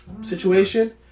situation